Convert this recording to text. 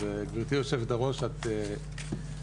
אז גברתי יושבת הראש, את